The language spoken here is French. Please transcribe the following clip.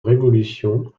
révolution